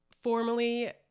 formally